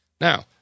Now